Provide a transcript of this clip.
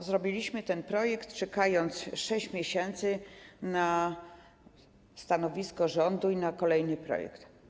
Przygotowaliśmy ten projekt, czekając 6 miesięcy na stanowisko rządu i na kolejny projekt.